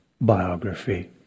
biography